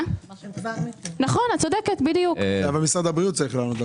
משרד הבריאות צריך לענות,